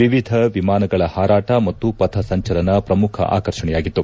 ವಿವಿಧ ವಿಮಾನಗಳ ಪಾರಾಟ ಮತ್ತು ಪಥಸಂಚಲನ ಪ್ರಮುಖ ಆಕರ್ಷಣೆಯಾಗಿತ್ತು